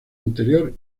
anterior